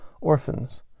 orphans